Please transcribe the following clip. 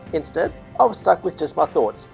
instead i was stuck with just my thoughts,